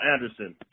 Anderson